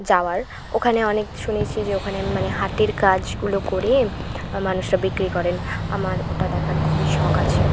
যাওয়ার ওখানে অনেক শুনেছি যে ওখানে মানে হাতের কাজগুলো করে মানুষরা বিক্রি করেন আমার ওটা দেখার খুবই শখ আছে